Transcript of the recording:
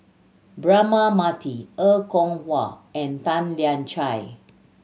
Braema Mathi Er Kwong Wah and Tan Lian Chye